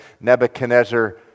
Nebuchadnezzar